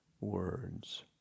words